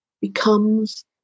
becomes